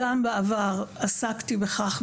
גם בעבר עסקתי בכך,